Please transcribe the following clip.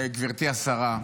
גברתי השרה,